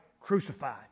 crucified